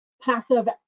passive